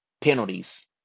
Penalties